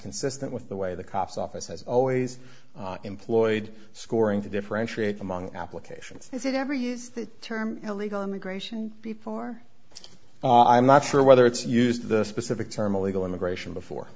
consistent with the way the cops office has always employed scoring to differentiate among applications has it ever used the term illegal immigration before i'm not sure whether it's used the specific term illegal immigration before